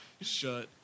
shut